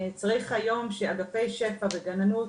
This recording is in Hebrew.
צריך היום שאגפי שפ"ע וגננות,